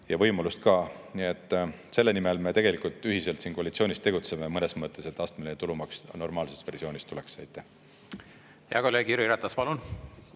ja võimalust ka. Nii et selle nimel me tegelikult ühiselt siin koalitsioonis tegutseme mõnes mõttes, et astmeline tulumaks normaalses versioonis tuleks. Hea kolleeg Jüri Ratas, palun!